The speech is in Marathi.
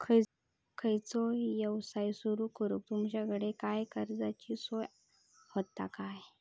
खयचो यवसाय सुरू करूक तुमच्याकडे काय कर्जाची सोय होता काय?